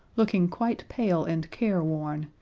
looking quite pale and careworn,